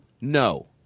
No